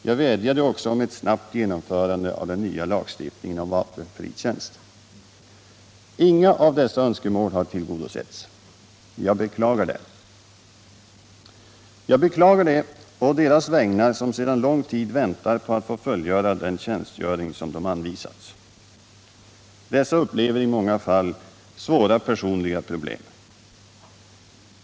Jag vädjade också om ett snabbt genomförande av den nya lagstiftningen om vapenfri tjänst. Inga av dessa önskemål har tillgodosetts. Jag beklagar det. Jag beklagar det å deras vägnar som sedan lång tid väntar på att få fullfölja den tjänstgöring som anvisats dem. De upplever i många fall svåra personliga problem.